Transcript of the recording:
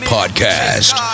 Podcast